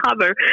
cover